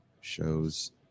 shows